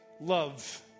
love